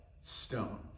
stone